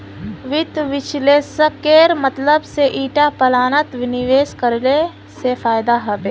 वित्त विश्लेषकेर मतलब से ईटा प्लानत निवेश करले से फायदा हबे